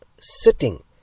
Sitting